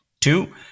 Two